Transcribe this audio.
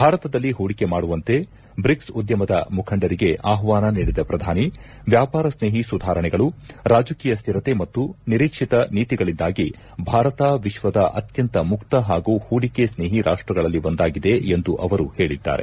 ಭಾರತದಲ್ಲಿ ಹೂಡಿಕೆ ಮಾಡುವಂತೆ ಬ್ರಿಕ್ಸ್ ಉದ್ಯಮದ ಮುಖಂಡರಿಗೆ ಆಹ್ವಾನ ನೀಡಿದ ಪ್ರಧಾನಿ ವ್ಯಾಪಾರ ಸ್ನೇಹಿ ಸುಧಾರಣೆಗಳು ರಾಜಕೀಯ ಸ್ಥಿರತೆ ಮತ್ತು ನಿರೀಕ್ಷಿತ ನೀತಿಗಳಿಂದಾಗಿ ಭಾರತ ವಿಶ್ವದ ಅತ್ಯಂತ ಮುಕ್ತ ಹಾಗೂ ಹೂಡಿಕೆ ಸ್ನೇಹಿ ರಾಷ್ಟಗಳಲ್ಲಿ ಒಂದಾಗಿದೆ ಎಂದು ಅವರು ಹೇಳಿದ್ದಾರೆ